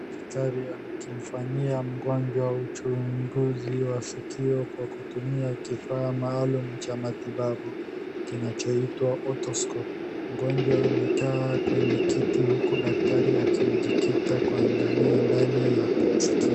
Daktari akimfanyia mgonjwa uchunguzi wa sikio kwa kutumia kifaa maalum kinachoitwa octoscope mgonjwa amekaa kwenye kiti huku daktari akijikita kuangalia sikio.